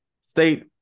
state